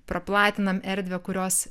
praplatinam erdvę kurios